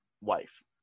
wife